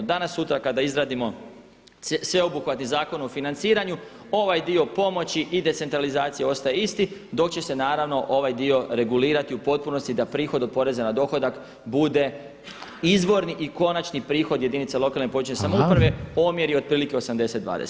Danas sutra kada izradimo sveobuhvatni Zakon o financiranju ovaj dio pomoći ide centralizaciji i ostaje isti, dok će se ovaj dio regulirati u potpunosti da prihod od poreza na dohodak bude izvorni i konačni prihod jedinice lokalne i područne samouprave omjer je otprilike 80:20.